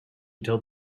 told